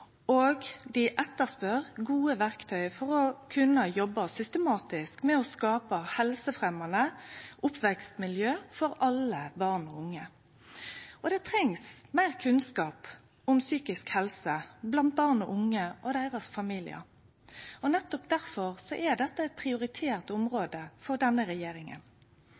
og dei etterspør gode verktøy for å kunne jobbe systematisk med å skape helsefremjande oppvekstmiljø for alle barn og unge. Det trengst meir kunnskap om psykisk helse blant barn og unge og deira familiar. Nettopp difor er dette eit prioritert område for denne regjeringa.